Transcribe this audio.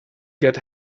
get